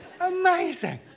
Amazing